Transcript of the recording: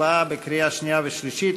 הצבעה בקריאה שנייה ושלישית,